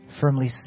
firmly